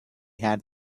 had